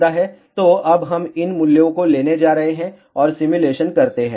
तो अब हम इन मूल्यों को लेने जा रहे हैं और सिमुलेशन करते हैं